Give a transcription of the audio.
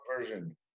version